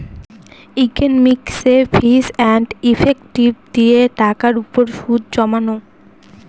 ইকনমিকসে ফিচ and effective দিয়ে টাকার উপর সুদ জমানো